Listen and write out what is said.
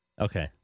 Okay